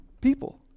people